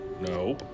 no